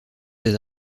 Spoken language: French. des